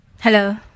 Hello